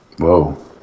Whoa